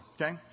okay